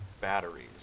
batteries